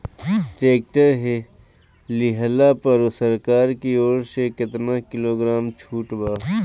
Tractor लिहला पर सरकार की ओर से केतना किलोग्राम छूट बा?